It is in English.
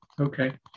Okay